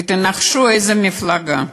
ותנחשו של איזו מפלגה: